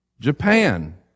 Japan